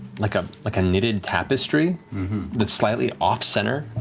like ah like, a knitted tapestry that's slightly off-center,